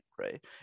right